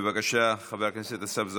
חבר הכנסת אסף זמיר,